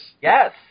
Yes